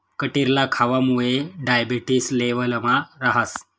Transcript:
कटिरला खावामुये डायबेटिस लेवलमा रहास